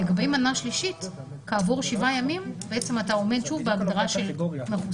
לגבי מנה שלישית כעבור שבעה ימים בעצם אתה עומד שוב בהגדרה של מחוסן.